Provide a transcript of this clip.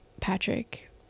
Patrick